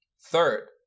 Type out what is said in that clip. Third